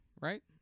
right